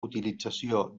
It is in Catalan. utilització